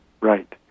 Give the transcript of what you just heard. Right